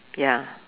ya